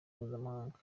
mpuzamahanga